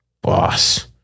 Boss